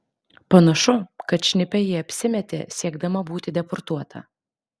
panašu kad šnipe ji apsimetė siekdama būti deportuota